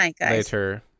later